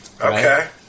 Okay